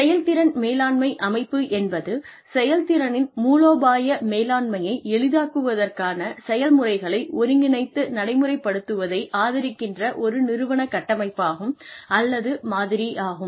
செயல்திறன் மேலாண்மை அமைப்பு என்பது செயல்திறனின் மூலோபாய மேலாண்மையை எளிதாக்குவதற்கான செயல்முறைகளை ஒருங்கிணைத்து நடைமுறைப்படுத்துவதை ஆதரிக்கின்ற ஒரு நிறுவன கட்டமைப்பாகும் அல்லது மாதிரியாகும்